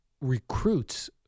recruits